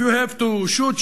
If you have to shoot,